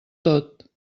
tot